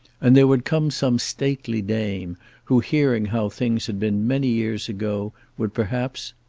and there would come some stately dame who hearing how things had been many years ago, would perhaps.